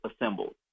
assembled